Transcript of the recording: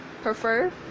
prefer